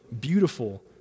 beautiful